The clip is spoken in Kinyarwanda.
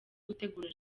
gutegura